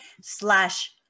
slash